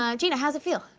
um gina, how's it feel?